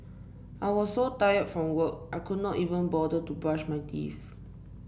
I was so tired from work I could not even bother to brush my teeth